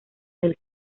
del